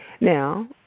Now